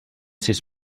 sis